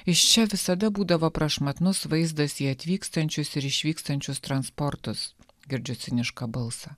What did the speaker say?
iš čia visada būdavo prašmatnus vaizdas į atvykstančius ir išvykstančius transportus girdžiu cinišką balsą